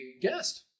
guest